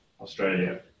Australia